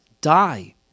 die